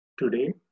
Today